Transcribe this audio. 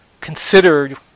considered